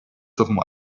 some